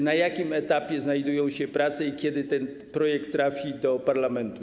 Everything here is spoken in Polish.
Na jakim etapie znajdują się prace i kiedy ten projekt trafi do parlamentu?